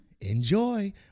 Enjoy